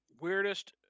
Weirdest